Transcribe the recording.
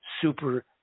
super